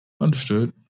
Understood